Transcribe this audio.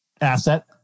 asset